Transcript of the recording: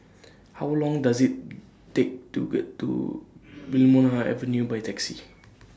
How Long Does IT Take to get to Wilmonar Avenue By Taxi